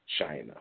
China